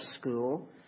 school